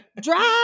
drive